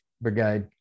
brigade